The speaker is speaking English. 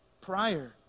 prior